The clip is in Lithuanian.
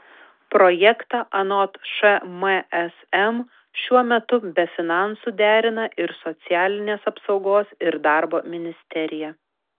projektą anot šmsm šiuo metu be finansų derina ir socialinės apsaugos ir darbo ministerija